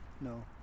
No